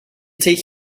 take